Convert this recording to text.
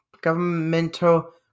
governmental